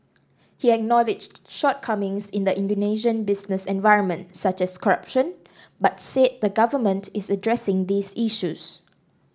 he acknowledged shortcomings in the Indonesian business environment such as corruption but said the government is addressing these issues